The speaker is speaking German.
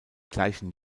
gleichen